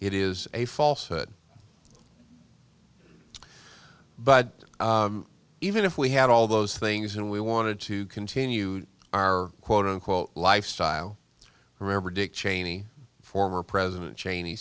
it is a false hood but even if we had all those things and we wanted to continue our quote unquote lifestyle remember dick cheney former president cheney